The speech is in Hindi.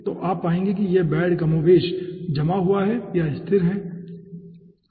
तो आप पाएंगे कि यह बेड कमोबेश जमा हुआ या स्थिर है ठीक है